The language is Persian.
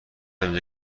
اینجا